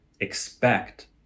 expect